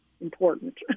important